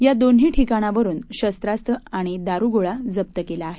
या दोन्ही ठिकाणावरुन शस्रास्र आणि दारुगोळा जप्त केला आहे